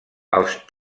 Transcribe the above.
els